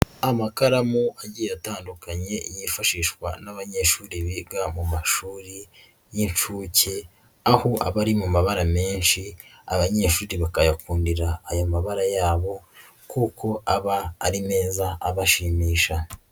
Amakaramu agiye atandukanye yifashishwa n'abanyeshuri biga mu mashuri y'incuke, aho abari mu mabara menshi abanyeshuri bakayakundira aya mabara yabo kuko aba ari meza abashimisha.